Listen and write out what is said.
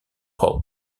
hop